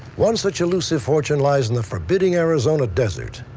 one such elusive fortune lies in the forbidding arizona desert.